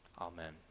Amen